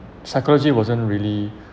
psychology wasn't really